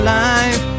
life